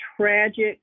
tragic